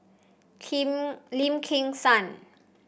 Kim Lim Kim San